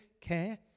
care